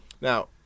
Now